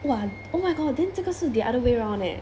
!wah! oh my god then 这个是 the other way round leh